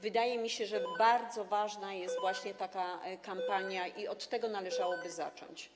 Wydaje mi się, że bardzo ważna jest właśnie taka kampania i od tego należałoby zacząć.